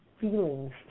feelings